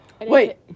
wait